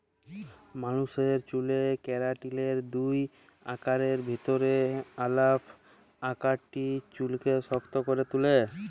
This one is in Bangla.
মালুসের চ্যুলে কেরাটিলের দুই আকারের ভিতরে আলফা আকারটা চুইলকে শক্ত ক্যরে তুলে